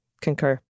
Concur